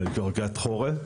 ג'ורג'ט חורי.